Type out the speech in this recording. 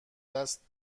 دست